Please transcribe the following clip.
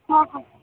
હા હા